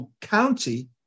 county